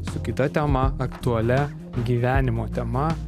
su kita tema aktualia gyvenimo tema